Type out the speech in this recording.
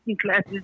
classes